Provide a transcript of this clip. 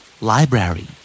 library